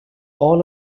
all